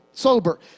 Sober